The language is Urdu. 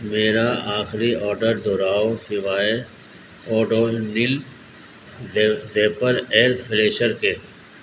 میرا آخری آڈر دہراؤ سوائے اوڈوننل زیپر ایئر فریشر کے